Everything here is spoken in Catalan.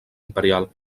imperial